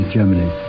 Germany